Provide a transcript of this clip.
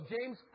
James